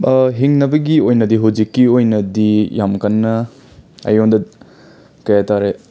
ꯍꯤꯡꯅꯕꯒꯤ ꯑꯣꯏꯅꯗꯤ ꯍꯨꯖꯤꯛꯀꯤ ꯑꯣꯏꯅꯗꯤ ꯌꯥꯝ ꯀꯟꯅ ꯑꯩꯉꯣꯟꯗ ꯀꯩ ꯍꯥꯏꯇꯔꯦ